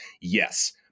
Yes